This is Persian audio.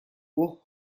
اوه